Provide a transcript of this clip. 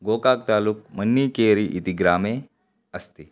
गोकाक् तालूक् मन्नीकेरि इति ग्रामे अस्ति